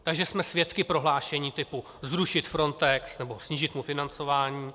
Takže jsme svědky prohlášení typu zrušit Frontex nebo snížit mu financování.